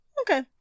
Okay